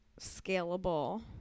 scalable